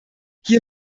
hier